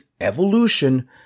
evolution